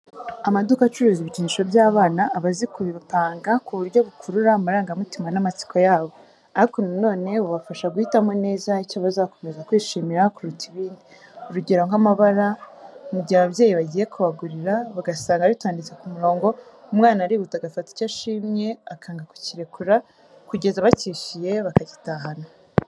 Amaduka acuruza ibikinisho by'abana, aba azi kubipanga ku buryo bukurura amarangamutima n'amatsiko yabo, ariko na none bubafasha guhitamo neza icyo bazakomeza kwishimira kuruta ibindi, urugero nk'amabara, mu gihe ababyeyi bagiye kubagurira bagasanga bitondetse ku murongo, umwana arihuta agafata icyo ashimye akanga kukirekura kugeza bacyishyuye, akagitahana.